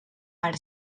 per